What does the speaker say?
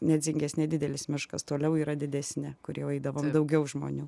nedzingės nedidelis miškas toliau yra didesni kur jau eidavom daugiau žmonių